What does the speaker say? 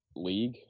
league